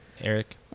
Eric